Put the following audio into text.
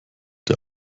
der